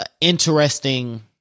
interesting